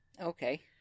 Okay